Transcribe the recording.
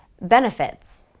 benefits